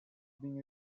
being